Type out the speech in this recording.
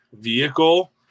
vehicle